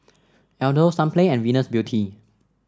Aldo Sunplay and Venus Beauty